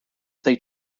they